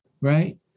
right